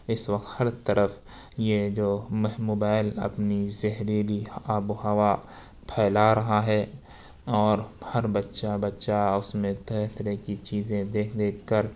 اس وقت ہر طرف یہ جو موبائل اپنی زہریلی آب و ہوا پھیلا رہا ہے اور ہر بچہ بچہ اس میں طرح طرح کی چیزیں دیکھ دیکھ کر